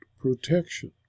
protection